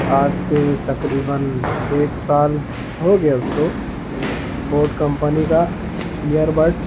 آج سے تقریباً ایک سال ہو گیا اس کو بوٹ کمپنی کا ایئربڈس